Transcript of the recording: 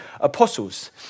apostles